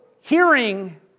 hearing